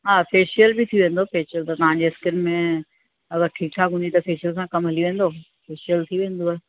हा फ़ैशियल बि थी वेंदो फैशियल त तव्हांजे स्किन में अगरि ठीकु ठाकु हूंदी त फ़ैशियल सां कमु हली वेंदो फ़ैशियल थी वेंदुव